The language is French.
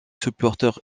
supporteurs